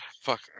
Fuck